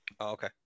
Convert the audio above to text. Okay